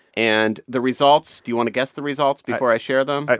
and the results do you want to guess the results before i share them? but